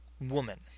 woman